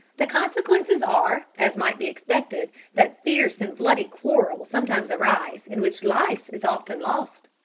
the consequences are, as might be expected, that fierce and bloody quarrels sometimes arise in which life is often lost.